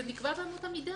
אנחנו נקבע את אמות המידה.